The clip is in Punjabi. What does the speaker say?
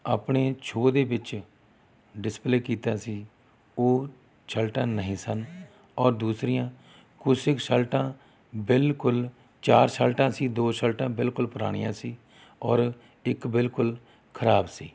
ਆਪਣੇ ਸ਼ੋਅ ਦੇ ਵਿੱਚ ਡਿਸਪਲੇਅ ਕੀਤਾ ਸੀ ਉਹ ਸ਼ਰਟਾਂ ਨਹੀਂ ਸਨ ਔਰ ਦੂਸਰੀਆਂ ਕੁਛ ਕੁ ਸ਼ਰਟਾਂ ਬਿਲਕੁਲ ਚਾਰ ਸ਼ਰਟਾਂ ਸੀ ਦੋ ਸ਼ਰਟਾਂ ਬਿਲਕੁਲ ਪੁਰਾਣੀਆਂ ਸੀ ਔਰ ਇੱਕ ਬਿਲਕੁਲ ਖਰਾਬ ਸੀ